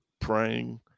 praying